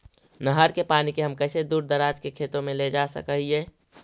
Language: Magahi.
नहर के पानी के हम कैसे दुर दराज के खेतों में ले जा सक हिय?